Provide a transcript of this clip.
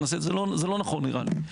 זה לא נכון נראה לי.